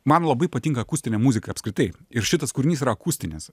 man labai patinka akustinė muzika apskritai ir šitas kūrinys yra akustinis